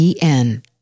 en